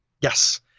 yes